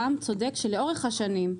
רם צודק שלאורך השנים,